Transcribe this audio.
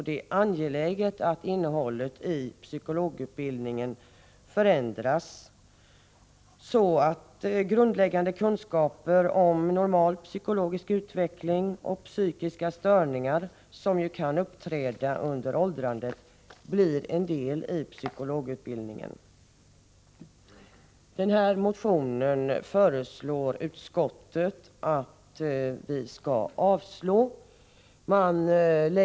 Det är angeläget att innehållet i psykologutbildningen förändras så att grundläggande kunskaper om normal psykologisk utveckling och psykiska störningar, som ju kan uppträda under åldrandet, blir en del av psykologutbildningen. Utskottet föreslår att riksdagen skall avslå motionen.